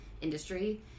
industry